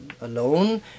alone